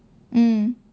mm